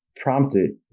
Prompted